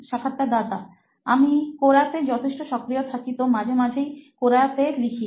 সাক্ষাৎকারদাতা আমি কোরা তে যথেষ্ট সক্রিয় থাকি তো মাঝে মাঝেই কোরা যে লিখি